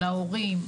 להורים,